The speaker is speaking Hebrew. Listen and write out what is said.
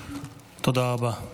תודה רבה.